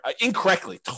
incorrectly